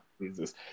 Jesus